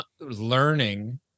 learning